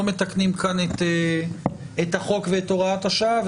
מתקנים כאן את החוק ואת הוראת השעה.